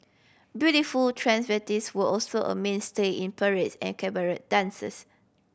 beautiful transvestites were also a mainstay in parades and cabaret dances